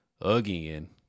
again